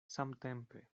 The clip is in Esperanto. samtempe